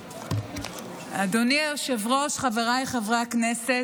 אדוני היושב-ראש, חבריי חברי הכנסת,